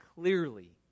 clearly